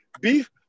Beef